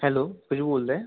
hello सयू बोलत आहे